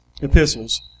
epistles